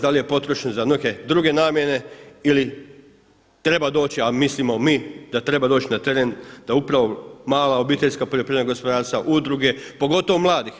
Da li je potrošen za neke druge namjene ili treba doći, a mislimo mi da treba doći na teren da upravo mala obiteljska poljoprivredna gospodarstva, udruge pogotovo mladih.